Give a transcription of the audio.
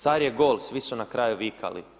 Car je gol svi su na kraju vikali.